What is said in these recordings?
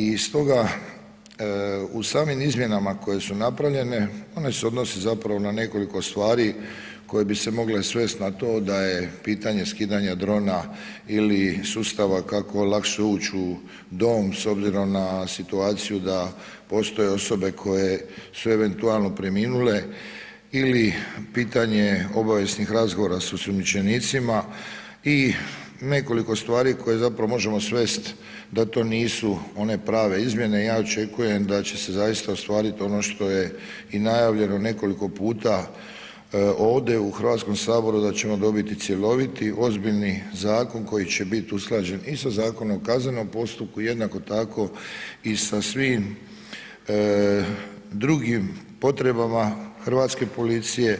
I stoga u samim izmjenama koje su napravljene one se odnose zapravo na nekoliko stvari koje bi se mogle svest na to da je pitanje skidanja drona ili sustava kako lakše uć u dom s obzirom na situaciju da postoje osobe koje su eventualno preminule ili pitanje obavijesnih razgovora s osumnjičenicima i nekoliko stvari koje zapravo možemo svest da to nisu one prave izmjene, ja očekujem da će se zaista ostvarit ono što je i najavljeno nekoliko puta ovdje u HS, da ćemo dobiti cjeloviti, ozbiljni zakon koji će bit usklađen i sa Zakonom o kaznenom postupku, jednako tako i sa svim drugim potrebama hrvatske policije,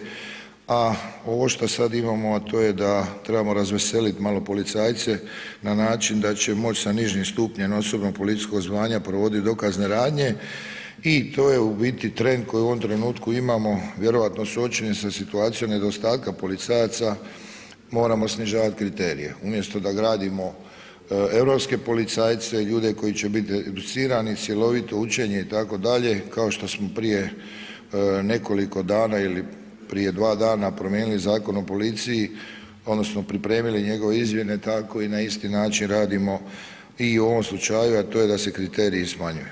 a ovo šta sad imamo, a to je da trebamo razveselit malo policajce na način da će moć sa nižim stupnjem osobnog policijskog zvanja provodit dokazne radnje i to je u biti trend koji u ovom trenutku imamo vjerojatno suočeni sa situacijom nedostatka policajaca moramo snižavat kriterije umjesto da gradimo europske policajce, ljude koji će bit educirani, silovito učenje itd., kao što smo prije nekoliko dana ili prije dva dana promijenili Zakon o policiji odnosno pripremili njegove izmjene, tako i na isti način radimo i u ovom slučaju, a to je da se kriteriji smanjuju.